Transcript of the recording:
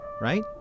right